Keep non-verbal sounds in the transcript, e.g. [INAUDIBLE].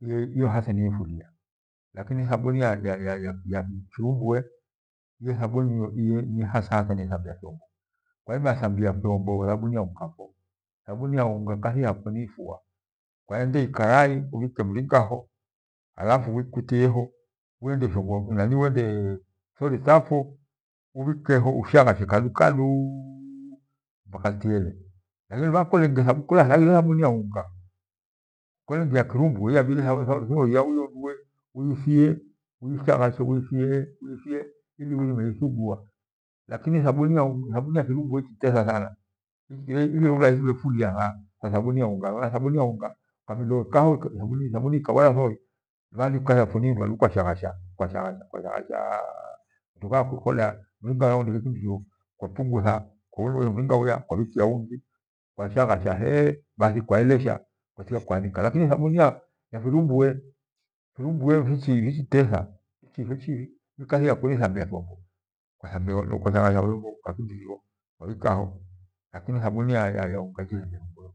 iyoniyo haza yefulia nithabu ya ya michubwe, ni haza sabuni yetha mbia fyimbo yafanya lakina thaburu ya fichubwe niyohasa yethambia fyombo thabuni ya ukambo, thabuni ya unga kathi yakwe niyefua. Kwaende ikarai ubhike mringaho bhikaho nikurie ho, uende thori thapfwo ubhike ho ushangashe kadukadu mpaka thiende lakini kole haraghire thabuni ya unga kole ngeyakirumbue iyabidi uiondoe uifie ufie ushaghashe uifiche uendelei iithagua lakini thabuni ya kurumbue ya thathabuni ya unga, thabuni ya unda ukamieliwoka thabuni ikabhafuthora kwashaghasha kwashashagha aa kole minga wia uendekindirio kwaputha kwabhikia mringa ungi kwa shaghasha he bhathi kwaeleesha bathikwaelehsa mwisho kwaanika. Lakni thabuni ya firumbue firumbue ishitatha kathi yakwe niithambia fyombo kwathambia fyombo kwabhika ho lakini thabuni ya [HESITATION] unga ichithambia fyombo yo.